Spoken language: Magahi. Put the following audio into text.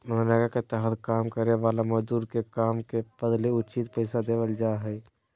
मनरेगा के तहत काम करे वाला मजदूर के काम के बदले उचित पैसा देवल जा हय